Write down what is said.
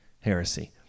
heresy